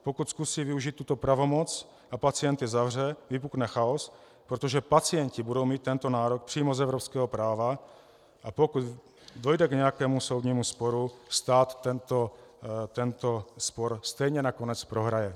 Pokud zkusí využít tuto pravomoc a pacienty zavře, vypukne chaos, protože pacienti budou mít tento nárok přímo z evropského práva, a pokud dojde k nějakému soudnímu sporu, stát tento spor stejně nakonec prohraje.